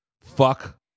fuck